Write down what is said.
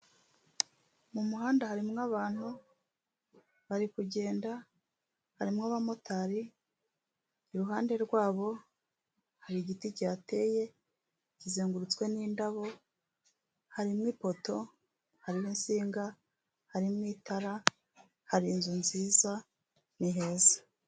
Mu muhanda harimo abantu bari kugenda harimo abamotari iruhande rwab, hari igiti cyateye kizengurutswe n'indabo, harimo ipoto, hari n'insinga, harimo itara, hari inzu nziza niheza.